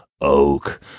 oak